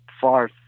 far